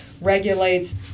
regulates